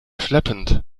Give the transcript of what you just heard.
schleppend